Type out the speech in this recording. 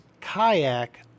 kayak